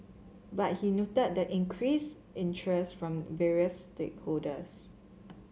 but he noted the increased interest from various stakeholders